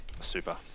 Super